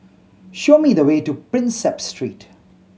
show me the way to Prinsep Street